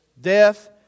death